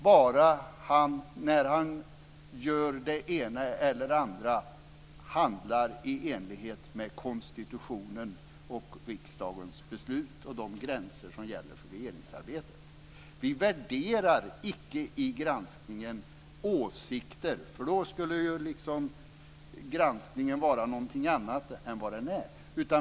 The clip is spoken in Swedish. Men han ska handla i enlighet med konstitutionen, riksdagens beslut och de gränser som gäller för regeringsarbetet när han gör det ena eller andra. I granskningen värderar vi inte åsikter. Då skulle granskningen vara någonting annat än vad den är.